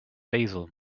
basil